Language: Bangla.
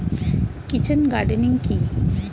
কিচেন গার্ডেনিং কি?